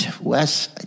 Wes